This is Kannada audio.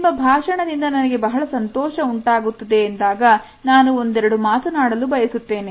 ನಿಮ್ಮ ಭಾಷಣದಿಂದ ನನಗೆ ಬಹಳ ಸಂತೋಷ ಉಂಟಾಗುತ್ತದೆ ಎಂದಾಗ ನಾನು ಒಂದೆರಡು ಮಾತನಾಡಲು ಬಯಸುತ್ತೇನೆ